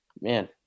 man